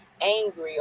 angry